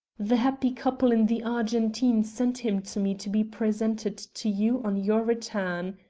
the happy couple in the argentine sent him to me to be presented to you on your return,